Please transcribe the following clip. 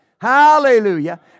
Hallelujah